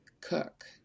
cook